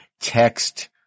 text